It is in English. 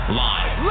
live